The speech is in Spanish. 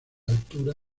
altura